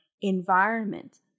environment